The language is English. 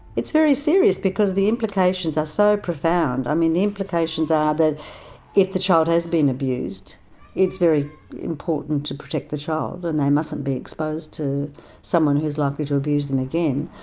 it's very serious because the implications are so profound. i mean, the implications are that if the child has been abused it's very important to protect the child and they mustn't be exposed to someone who's likely to abuse them again.